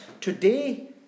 today